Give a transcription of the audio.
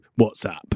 WhatsApp